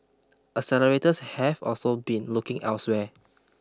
accelerators have also been looking elsewhere